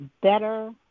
better